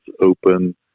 open